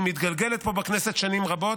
היא מתגלגלת פה בכנסת שנים רבות.